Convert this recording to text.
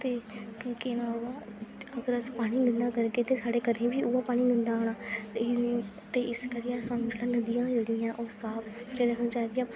ते कि केह् न अगर अस पानी गंदा करगे ते साढ़े घरें बी उ'यै पानी गंदा औना ते इस करियै सानूं नदियां जेह्ड़ियां ओह् साफ सुथरे रखनियां चाहिदियां